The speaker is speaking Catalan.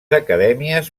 acadèmies